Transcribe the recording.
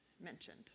mentioned